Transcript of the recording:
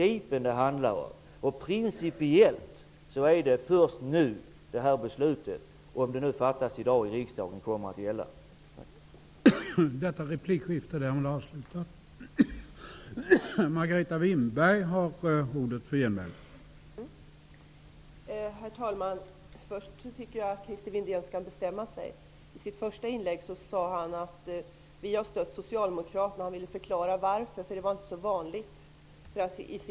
Men det handlar om principen, och principiellt är det först nu som det här beslutet -- om beslutet nu fattas här i dag i riksdagen -- kommer att träda i kraft.